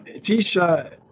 T-Shot